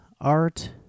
art